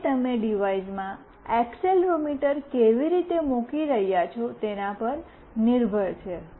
તેથી તે તમે ડિવાઇસમાં એક્સેલરોમીટર કેવી રીતે મૂકી રહ્યાં છો તેના પર નિર્ભર છે